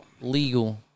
legal